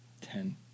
Ten